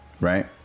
right